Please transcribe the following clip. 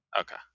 Okay